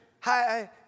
hi